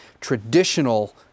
traditional